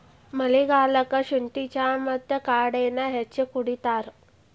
ಮಳಿಗಾಲಕ್ಕ ಸುಂಠಿ ಚಾ ಮತ್ತ ಕಾಡೆನಾ ಹೆಚ್ಚ ಕುಡಿತಾರ